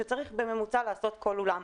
שצריך בממוצע לעשות כל אולם,